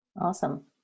Awesome